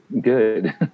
good